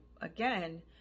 again